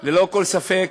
ללא כל ספק